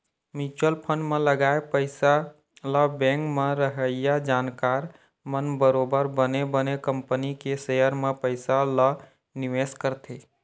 mutual fund म लगाए पइसा ल बेंक म रहइया जानकार मन बरोबर बने बने कंपनी के सेयर म पइसा ल निवेश करथे